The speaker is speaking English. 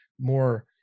more